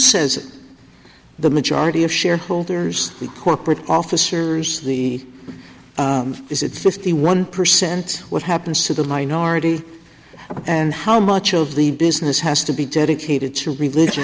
says the majority of shareholders the corporate officers the is it fifty one percent what happens to the minority and how much of the business has to be dedicated to religion